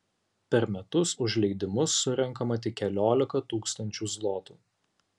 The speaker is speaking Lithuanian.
per metus už leidimus surenkama tik keliolika tūkstančių zlotų